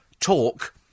talk